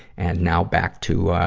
and now, back to, ah,